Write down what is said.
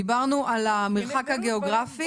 דיברנו על המרחק הגיאוגרפי,